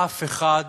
אף אחד,